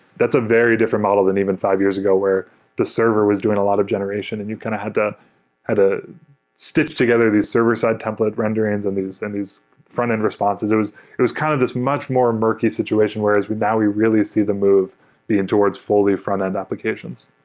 that's a very different model than even five years ago where the server was doing a lot of generation and you kind of have to ah stitch together these server-side template renderings and these and these frontend responses. it was it was kind of this much more murky situation whereas now we really see the move being towards fully frontend applications